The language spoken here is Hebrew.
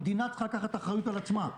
המדינה צריכה לקחת אחריות על עצמה.